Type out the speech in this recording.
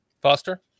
Foster